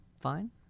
fine